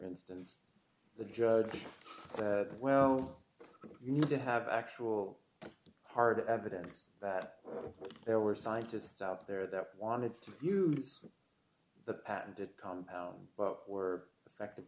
instance the judge said well you need to have actual hard evidence that there were scientists out there that wanted to use the patented compound but were effect